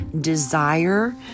desire